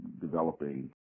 developing